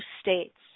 states